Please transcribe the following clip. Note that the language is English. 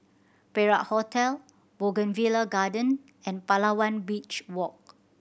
Perak Hotel Bougainvillea Garden and Palawan Beach Walk